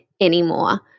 anymore